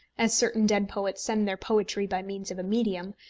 as certain dead poets send their poetry, by means of a medium,